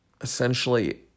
essentially